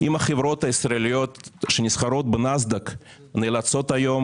אם החברות הישראליות שנסחרות בנאסד"ק נאלצות היום